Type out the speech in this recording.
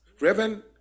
Reverend